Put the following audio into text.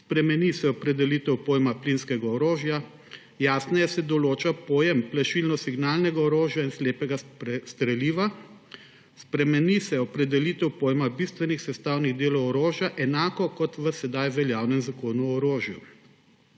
spremeni se opredelitev pojma plinskega orožja, jasneje se določa pojem plašilno-signalnega orožja in slepega streliva, spremeni se opredelitev pojma bistvenih sestavnih delov orožja enako kot v sedaj veljavnem Zakonu o orožju.